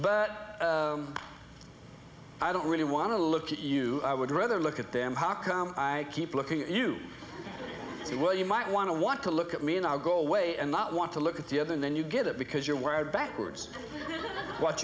but i don't really want to look at you i would rather look at them how come i keep looking at you see well you might want to want to look at me and i'll go away and not want to look at the other and then you get it because you're wired backwards what